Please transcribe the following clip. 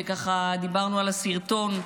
וככה דיברנו על הסרטון,